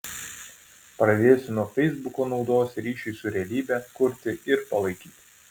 pradėsiu nuo feisbuko naudos ryšiui su realybe kurti ir palaikyti